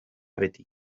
beti